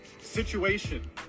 situation